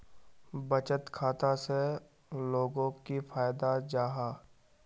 बचत खाता से लोगोक की फायदा जाहा?